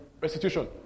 restitution